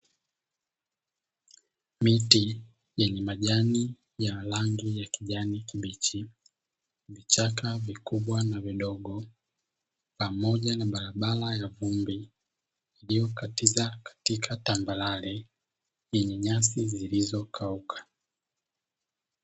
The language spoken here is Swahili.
Miti yenye majani ya rangi ya kijani kibichi, vichaka vikubwa na vidogo, pamoja na barabara ya vumbi iliyokatiza katika tambarare yenye nyasi zilizokauka.